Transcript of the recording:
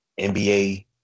NBA